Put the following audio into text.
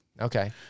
Okay